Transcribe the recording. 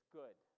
good